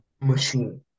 machine